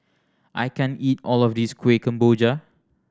I can't eat all of this Kueh Kemboja